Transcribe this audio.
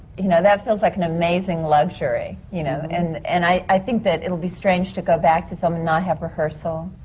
you know, that feels like an amazing luxury. you know, and and i. i think that it'll be strange to go back to film and not have rehearsal.